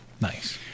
Nice